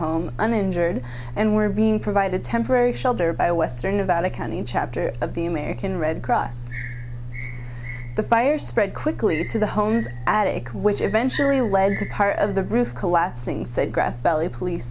home an injured and were being provided temporary shelter by western nevada county chapter of the american red cross the fire spread quickly to the homes attic which eventually led to the heart of the roof collapsing said grass valley police